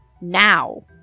now